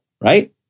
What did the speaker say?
right